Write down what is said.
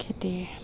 খেতি